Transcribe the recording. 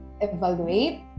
evaluate